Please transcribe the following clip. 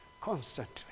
constantly